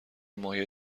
مایع